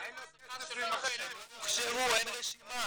מה קורה עם -- הם לא הוכשרו אין רשימה,